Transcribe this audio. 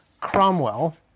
Cromwell